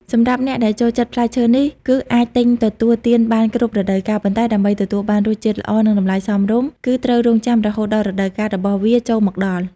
សម្រាប់អ្នកដែលចូលចិត្តផ្លែឈើនេះ គឺអាចទិញទទួលទានបានគ្រប់រដូវកាល ប៉ុន្តែដើម្បីទទួលបានរសជាតិល្អ និងតម្លៃសមរម្យ គឺត្រូវរង់ចាំរហូតដល់រដូវកាលរបស់វាចូលមកដល់។